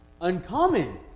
uncommon